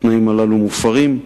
התנאים הללו מופרים,